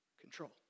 control